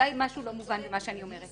אולי משהו לא מובן ממה שאני אומרת.